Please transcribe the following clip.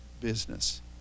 business